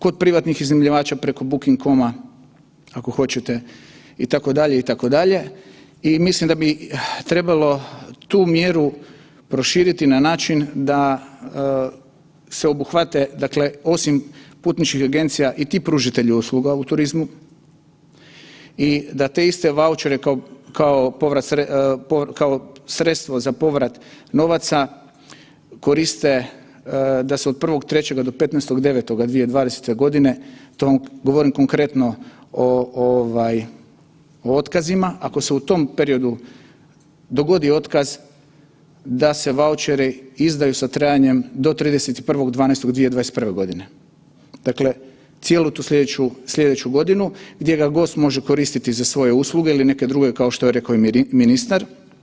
Kod privatnih iznajmljivača preko booking.com-a, ako hoćete, itd., itd. i mislim da bi trebalo tu mjeru proširiti na način da se obuhvate osim putničkih agencija i ti pružatelji usluga u turizmu i da te iste vaučere kao povrat, kao sredstvo za povrat novaca koriste da se od 1.3. do 15.9.2020. to, govorim konkretno o otkazima, ako se u tom periodu dogodi otkaz, da se vaučeri izdaju sa trajanjem do 31.12.2021. g. Dakle, cijelu tu sljedeću godinu gdje ga gost može koristiti za svoje usluge ili neke druge, kao što je rekao i ministar.